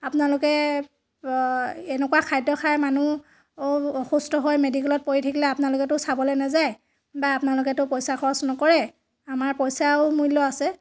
আপোনালোকে এনেকুৱা খাদ্য খাই মানুহ অসুস্থ হৈ মেডিকেলত পৰি থাকিলে আপোনালোকেটো চাবলৈ নাযায় বা আপোনালোকেটো পইচা খৰচ নকৰে আমাৰ পইচাও মূল্য আছে